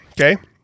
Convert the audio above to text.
Okay